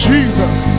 Jesus